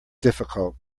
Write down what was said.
difficult